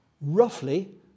Roughly